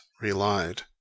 relied